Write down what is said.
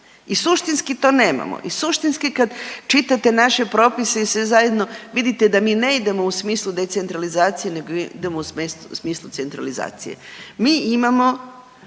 i suštinski to nemamo, i suštinski kada čitate naše propise i sve zajedno vidite da mi ne idemo u smislu decentralizacije nego idemo u smislu centralizacije. Mi imamo